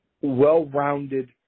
well-rounded